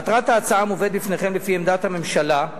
מטרת ההצעה המובאת בפניכם, לפי עמדת הממשלה,